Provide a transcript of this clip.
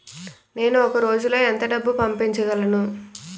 నేను ఒక రోజులో ఎంత డబ్బు పంపించగలను?